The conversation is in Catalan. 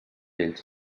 ells